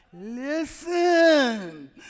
listen